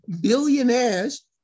billionaires